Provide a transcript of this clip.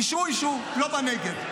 אישרו, אישרו, אני לא בא נגד.